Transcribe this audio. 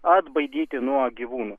atbaidyti nuo gyvūnų